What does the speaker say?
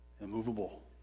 immovable